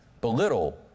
belittle